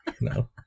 No